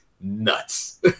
nuts